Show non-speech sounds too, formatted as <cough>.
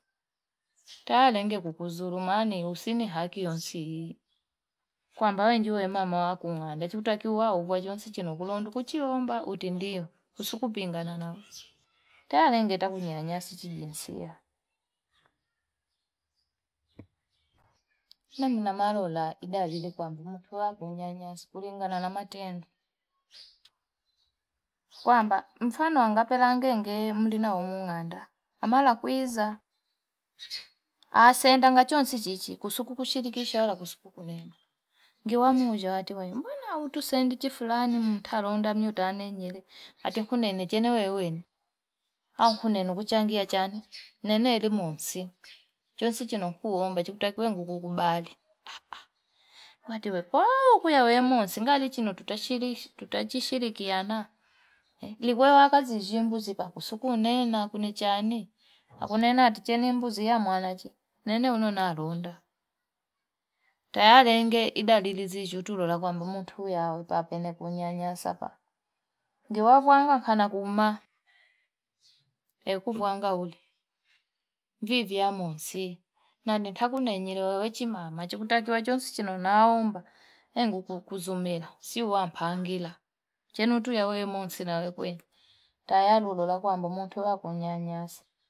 Tayari ngekuzulumu mani usini haki yonsi, kwamba we njio yule mama che takiwe wau uwanyonsi chinokulondi kuchiomba utindio usukupingana nao talenge te kunyanyasa chi jinsia, namna alola idai kwamba mtu nekunyanyasa kulingana na matendo kwamba mfano anagpela ngenge mlinaumung'anda amalakwiza asenda ngachonsi chichi kuhusu kushilikisha wala kusiko kunena ngiwamusho wati wane mbona hutusendi chifulani mtalonda achi kunene, chenwene anikuchangiachanu nenelimonse chonsi chinokuomba chitakiwe kukubali <hesitation> ah mmatiwe kooo ulya monsi ngali noshi tutatshirisha tutachishikiana, ligwea kazi zimbuzi kakusukunena kunichanii nakunenachi tene mbuzi yamwachi nene unonalunda tayari ne dalili nerora mtu aende kunyanyasa pa, niwavwanga kana kummaa ekuvwanga uli, vivi anosi nani takunenyerewa we chimama kutakiwa chonsi chino naomba engukuzumila si wapangila chenutu wemonsi tayadu we lola kwamba mutu akunyanyasa.